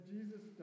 Jesus